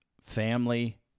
family